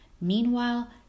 Meanwhile